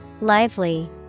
Lively